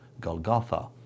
Golgotha